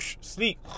sleep